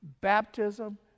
baptism